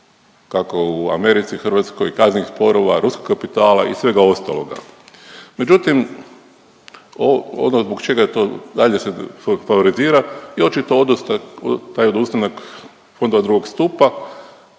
kako u Americi, Hrvatskoj kaznenih sporova, ruskog kapitala i svega ostaloga. Međutim, ono zbog čega se to dalje favorizira je očito taj odustanak fonda od 2. stupa